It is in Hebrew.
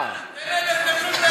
כל ההצעה הזאת, זה לא מהפכה.